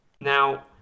Now